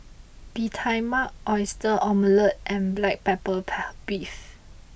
Bee Tai Mak Oyster Omelette and Black Pepper Beef